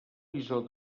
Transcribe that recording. visor